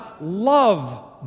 love